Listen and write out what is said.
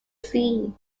seen